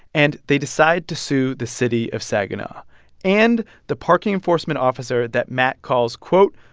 and they decide to sue the city of saginaw and the parking enforcement officer that matt calls, quote,